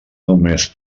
només